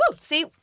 see